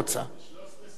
יש 13 סיעות באופוזיציה.